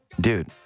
dude